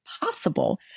possible